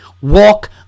Walk